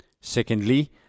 Secondly